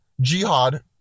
jihad